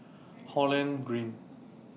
Holland Green